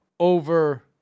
over